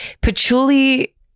patchouli